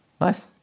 Nice